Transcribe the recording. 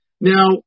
Now